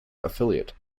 affiliate